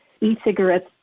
e-cigarettes